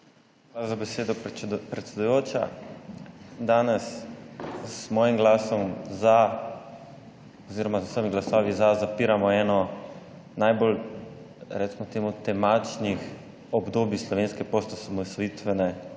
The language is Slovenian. Hvala za besedo, predsedujoča. Danes z mojim glasom za oziroma z vsemi glasovi za zapiramo eno najbolj, recimo temu, temačnih obdobij slovenske postosamosvojitvene